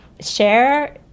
share